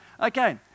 okay